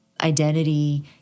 identity